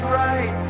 right